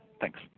thanks